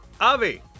Avi